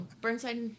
Burnside